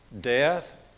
death